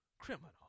criminal